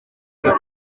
eric